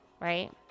right